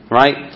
right